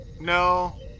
No